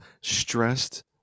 stressed